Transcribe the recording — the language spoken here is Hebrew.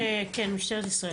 כן, משטרת ישראל.